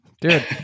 Dude